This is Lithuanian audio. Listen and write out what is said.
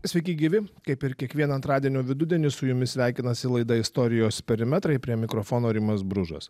sveiki gyvi kaip ir kiekvieną antradienio vidudienį su jumis sveikinasi laida istorijos perimetrai prie mikrofono rimas bružas